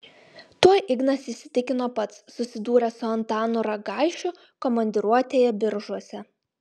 tuo ignas įsitikino pats susidūręs su antanu ragaišiu komandiruotėje biržuose